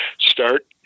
start